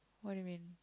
what do you mean